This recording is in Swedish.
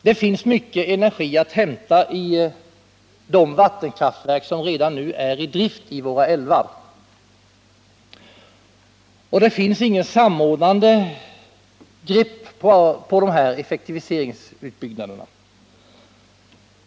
Det finns mycket energi att hämta i de vattenkraftverk som redan är i drift i våra älvar, och det finns inget samordnande grepp när det gäller möjligheterna att effektivisera dem genom utbyggnader.